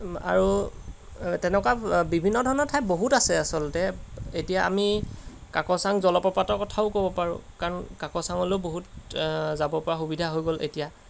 আৰু তেনেকুৱা বিভিন্ন ধৰণৰ ঠাই বহুত আছে আচলতে এতিয়া আমি কাকচাং জলপ্ৰপাতৰ কথাও ক'ব পাৰোঁ কাৰণ কাক চাঙলৈও বহুত যাব পৰা সুবিধা হৈ গ'ল এতিয়া